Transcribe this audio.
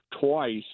twice